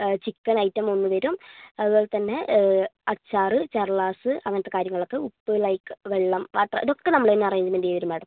chicken ഐറ്റമൊന്ന് വരും അതുപോലെത്തന്നെ അച്ചാർ ചർള്ളാസ് അങ്ങനത്തെ കാര്യങ്ങളൊക്കെ ഉപ്പ് ലൈക്ക് വെള്ളം വാട്ടറ് ഇതൊക്കെ നമ്മൾ തന്നെ അറേഞ്ച്മെന്റ് ചെയ്ത് തരും മേഡം